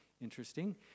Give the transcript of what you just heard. Interesting